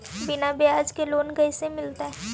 बिना ब्याज के लोन कैसे मिलतै?